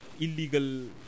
illegal